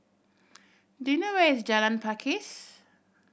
do you know where is Jalan Pakis